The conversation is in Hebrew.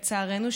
לצערנו,